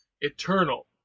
Eternal